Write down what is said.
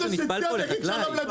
מישהו נטפל פה בחקלאי?